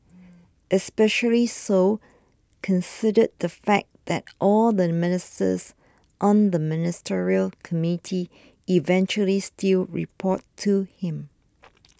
especially so consider the fact that all the ministers on the ministerial committee eventually still report to him